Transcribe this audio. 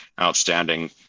outstanding